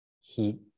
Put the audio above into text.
heat